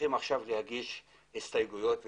צריכים עכשיו להגיש הסתייגויות והתנגדויות.